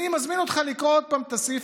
אני מזמין אותך לקרוא עוד פעם את הסעיף